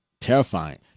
terrifying